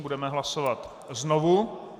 Budeme hlasovat znovu.